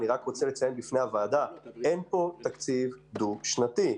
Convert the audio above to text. אני רק רוצה לציין בפני הוועדה שאין פה תקצבי דו-שנתי,